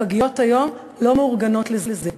הפגיות היום לא מאורגנות לזה.